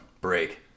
Break